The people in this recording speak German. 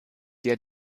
der